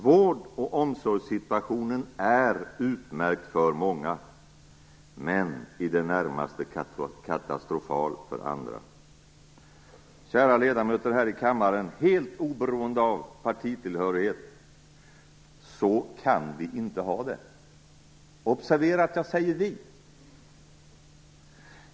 Vård och omsorgssituationen är utmärkt för många, men i det närmaste katastrofal för andra. Kära ledamöter här i kammaren, helt oberoende av partitillhörighet - så kan vi inte ha det! Observera att jag säger "vi".